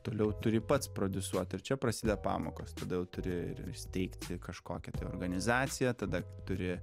toliau turi pats prodiusuoti ir čia prasideda pamokos tada jau turi ir steigti kažkokią tai organizaciją tada turi